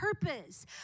purpose